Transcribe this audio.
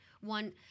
one